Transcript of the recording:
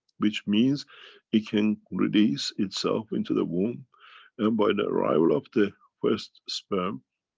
which means it can release itself into the womb and by the arrival of the first sperm,